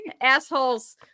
Assholes